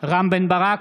רם בן ברק,